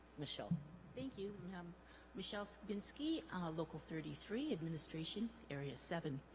michelle thank you um michelle so pinsky a local thirty three administration area seven